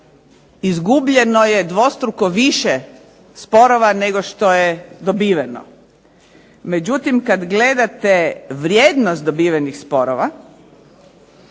izgubljeno je dvostruko više sporova nego što je dobiveno. Međutim, kad gledate vrijednost dobivenih sporova,